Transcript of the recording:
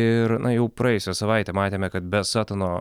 ir jau praėjusią savaitę matėme kad be satono